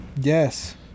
Yes